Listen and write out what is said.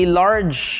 large